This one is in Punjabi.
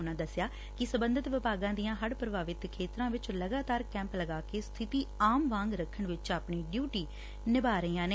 ਉਨੂਾਂ ਦਸਿਆ ਕਿ ਸਬੰਧਤ ਵਿਭਾਗਾਂ ਦੀਆਂ ਹੜ ਪ੍ਰਭਾਵਿਤ ਖੇਤਰਾਂ ਵਿਚ ਲਗਾਤਾਰ ਕੈਂਪ ਲਗਾ ਕੇ ਸਬਿਤੀ ਆਮ ਵਾਂਗ ਰੱਖਣ ਵਿਚ ਆਪਣੀ ਡਿਉਟੀ ਨਿਭਾ ਰਹੀਆ ਨੇ